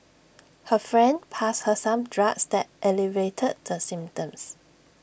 her friend passed her some drugs that alleviated the symptoms